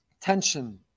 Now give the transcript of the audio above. tension